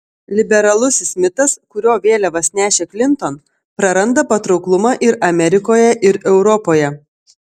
liberalusis mitas kurio vėliavas nešė klinton praranda patrauklumą ir amerikoje ir europoje